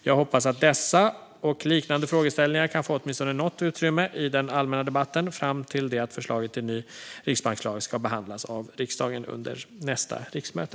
Jag hoppas att dessa och liknande frågeställningar kan få åtminstone något utrymme i den allmänna debatten fram till det att förslaget till ny riksbankslag ska behandlas av riksdagen under nästa riksmöte.